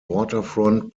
waterfront